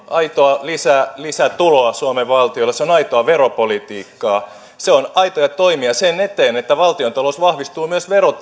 aitoa lisätuloa suomen valtiolle se on aitoa veropolitiikkaa se on aitoja toimia sen eteen että valtiontalous vahvistuu myös